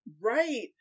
Right